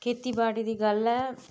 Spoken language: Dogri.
खेती बाड़ी दी गल्ल ऐ